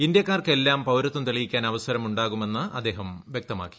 ഇന്ത്യക്കാർക്കെല്ലാം പൌരത്വം തെളിയിക്കാൻ അവസരം ഉണ്ടാകുമെന്ന് അദ്ദേഹം വ്യക്തമാക്കി